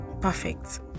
perfect